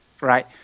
right